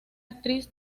actriz